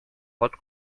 pot